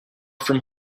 from